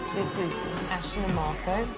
this is ashton and marco.